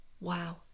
wow